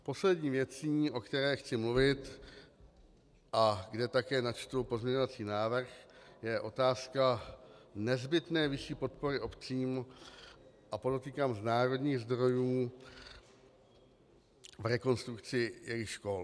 Poslední věcí, o které chci mluvit a kde také načtu pozměňovací návrh, je otázka nezbytné vyšší podpory obcím a podotýkám z národních zdrojů k rekonstrukci jejich škol.